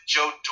Joe